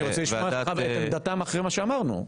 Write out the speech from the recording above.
אני רוצה לשמוע את עמדתם אחרי מה שאמרנו.